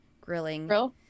grilling